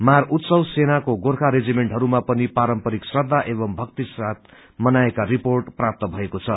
मार उत्सव सेनको गोर्खा रेजिमेण्टहरूाम पनि पारम्परिक श्रदा एवं भक्तिसाथ मनाइएका रपोट प्राप्त भएको छ